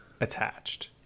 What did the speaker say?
attached